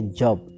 job